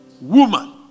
woman